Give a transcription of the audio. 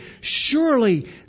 Surely